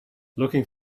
looking